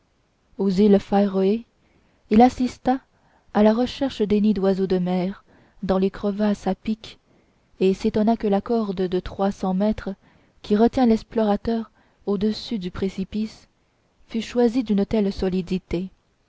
aux îles faeroé il assista à la recherche des nids d'oiseaux de mer dans les crevasses à pic et s'étonna que la corde de trois cents mètres qui retient l'explorateur au-dessus du précipice fût choisie d'une telle solidité